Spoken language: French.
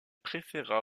préféra